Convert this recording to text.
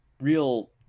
real